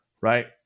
right